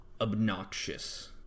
obnoxious